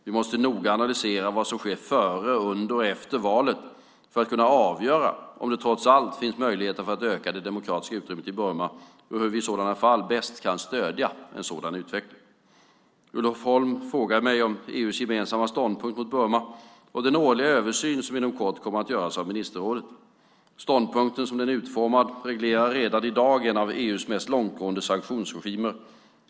Vi måste noga analysera vad som sker före, under och efter valet för att kunna avgöra om det trots allt finns möjligheter för att öka det demokratiska utrymmet i Burma och hur vi i sådana fall bäst kan stödja en sådan utveckling. Ulf Holm frågar mig om EU:s gemensamma ståndpunkt mot Burma och den årliga översyn som inom kort kommer att göras av ministerrådet. Ståndpunkten som den är utformad reglerar redan i dag en av EU:s mest långtgående sanktionsregimer.